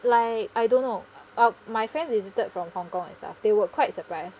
like I don't know uh my friend visited from hong kong and stuff they were quite surprised